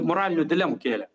moralinių dilemų kėlė